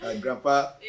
grandpa